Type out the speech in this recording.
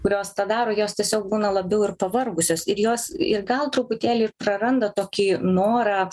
kurios tą daro jos tiesiog būna labiau ir pavargusios ir jos ir gal truputėlį ir praranda tokį norą